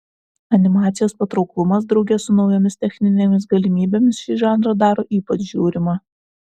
animacijos patrauklumas drauge su naujomis techninėmis galimybėmis šį žanrą daro ypač žiūrimą